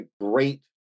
great